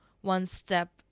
one-step